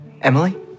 Emily